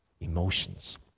emotions